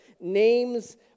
names